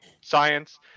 science